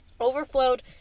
Overflowed